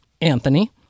Anthony